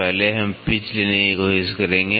पहले हम पिच लेने की कोशिश करेंगे